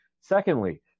Secondly